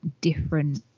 different